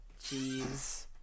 Jeez